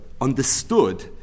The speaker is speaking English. understood